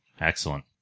Excellent